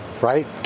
right